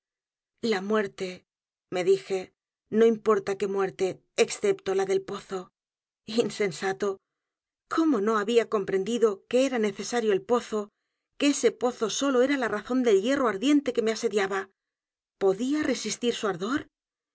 la muerte me dije no importa que muerte excepto la del pozo insensato cómo no había comprendido que era necesario el pozo que ese pozo solo é r a l a razón del hierro ardiente que me asediaba podía resistir á su a